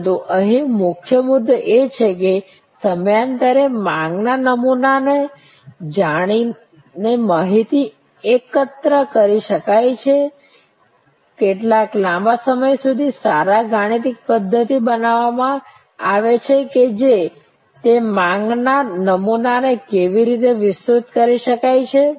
પરંતુ અહીં મુખ્ય મુદ્દો એ છે કે સમયાંતરે માંગના નમૂના ને જાણીને માહિતી એકત્ર કરી શકાય છે કેટલા લાંબા સમય સુધી સારા ગાણિતિક પદ્ધત્તિ બનાવવામાં આવે છે કે જે તે માંગ ના નમૂના ને કેવી રીતે વિસ્તૃત કરી શકાય છે